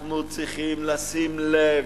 ואנחנו צריכים לשים לב.